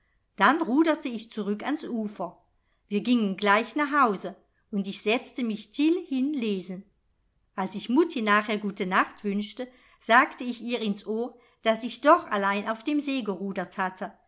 dann ruderte ich zurück ans ufer wir gingen gleich nach hause und ich setzte mich still hin lesen als ich mutti nachher gute nacht wünschte sagte ich ihr ins ohr daß ich doch allein auf dem see gerudert hatte